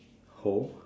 hole